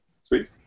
Sweet